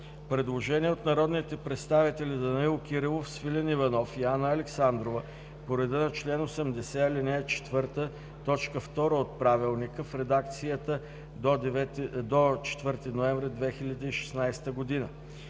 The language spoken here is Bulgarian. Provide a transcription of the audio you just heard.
Предложение от народните представители Данаил Кирилов, Свилен Иванов и Анна Александрова по реда на чл. 80, ал. 4, т. 2 от Правилника в редакцията до 4 ноември 2016 г.